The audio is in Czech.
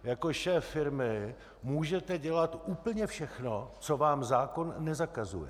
Jako šéf firmy můžete dělat úplně všechno, co vám zákon nezakazuje.